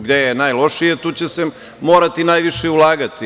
Gde je najlošije, tu će se morati najviše ulagati.